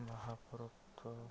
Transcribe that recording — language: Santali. ᱵᱟᱦᱟ ᱯᱚᱨᱚᱵᱽᱠᱚ